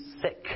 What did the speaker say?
sick